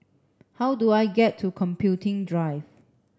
how do I get to Computing Drive